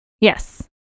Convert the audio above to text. Yes